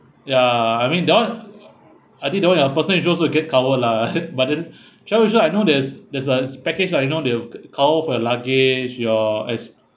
ya I mean that [one] I think that [one] your personal insurance will get cover lah but then travel insurance tuition I know there's there's uh package lah you know they'll cover for your luggage your as